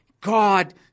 God